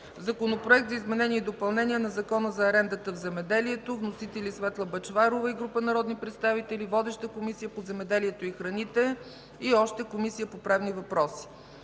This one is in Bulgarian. Законопроект за изменение и допълнение на Закона за арендата в земеделието. Вносители – Светла Бъчварова и група народни представители. Водеща е Комисията по земеделието и храните. Разпределен е и на Комисията по правни въпроси.